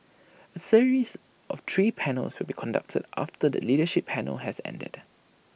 A series of three panels will be conducted after the leadership panel has ended